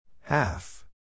Half